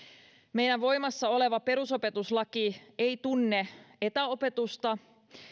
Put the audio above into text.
meidän voimassa oleva perusopetuslaki ei tunne etäopetusta